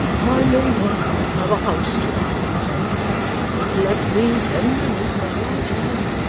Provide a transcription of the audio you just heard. i may not have a house to offer you to-night let me tender it while i can.